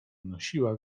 nosiła